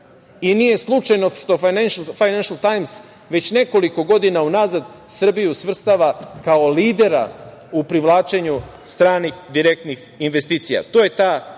I nije slučajno što „Fajnenšel tajms“ već nekoliko godina unazad Srbiju svrstava kao lidera u privlačenju stranih direktnih investicija. To je ta